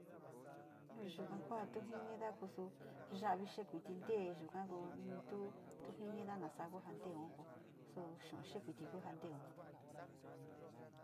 Noyuka kuan tunjini ndakuxu yaví xé kontin teyo'ó ngakon nito'o tungenida naxangó njandeó okó xon xo'o xhikuiti njon njandeó.